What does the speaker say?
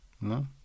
No